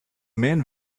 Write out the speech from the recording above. men